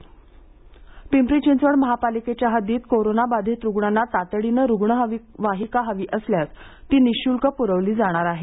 पिंपरी चिंचवड पिंपरी चिंचवड महापालिकेच्या हद्दीत कोरोना बाधित रुग्णांना तातडीने रुग्णवाहिका हवी असल्यास ती निःशुल्क प्रवली जाणार आहे